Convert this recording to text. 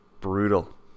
Brutal